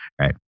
right